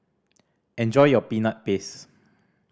enjoy your Peanut Paste